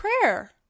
prayer